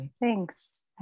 Thanks